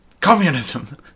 Communism